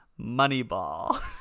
Moneyball